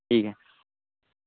ठीक ऐ